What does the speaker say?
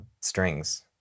strings